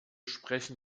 sprechen